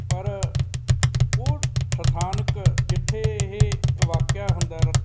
ਪਰ ਉਹ ਸਥਾਨਕ ਜਿੱਥੇ ਇਹ ਵਾਕਿਆ ਹੁੰਦਾ ਰ